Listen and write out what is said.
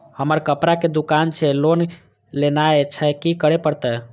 हमर कपड़ा के दुकान छे लोन लेनाय छै की करे परतै?